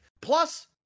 Plus